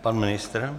Pan ministr?